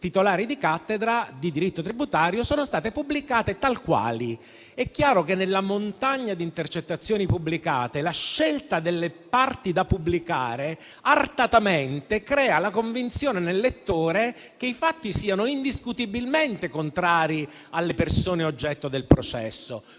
titolari di cattedre di diritto tributario sono state pubblicate tal quali. È chiaro che, nella montagna di intercettazioni pubblicate, la scelta delle parti da pubblicare artatamente crea la convinzione nel lettore che i fatti siano indiscutibilmente contrari alle persone oggetto del processo;